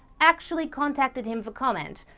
actually contacted him for comment.